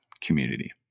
community